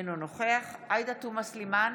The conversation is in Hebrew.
אינו נוכח עאידה תומא סלימאן,